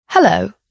Hello